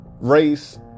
race